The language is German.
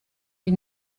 die